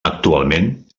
actualment